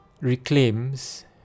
reclaims